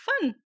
fun